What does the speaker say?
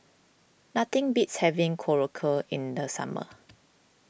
nothing beats having Korokke in the summer